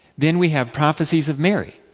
then, we have prophecies of mary.